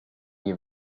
you